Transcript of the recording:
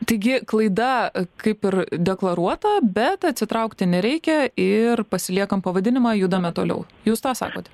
taigi klaida kaip ir deklaruota bet atsitraukti nereikia ir pasiliekam pavadinimą judame toliau jūs sakot